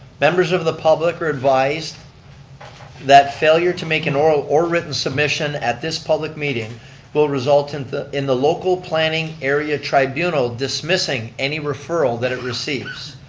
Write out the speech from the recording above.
members of the public are advised that failure to make an oral or written submission at this public meeting will result in the in the local planning area tribunal dismissing any referral that it receives.